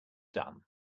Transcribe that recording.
done